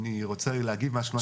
אני רוצה להגיד משהו.